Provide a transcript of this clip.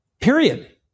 Period